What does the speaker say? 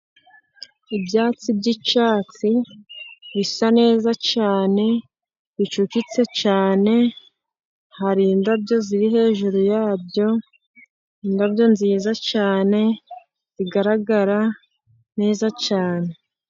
Ibyatsi by'icyatsi bisa neza cyane, bicucitse cyane, hari indabyo ziri hejuru yabyo, indabyo nziza cyane zigaragara neza cyane.